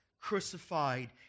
crucified